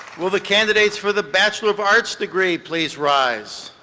will the candidates for the bachelor of arts degree please rise.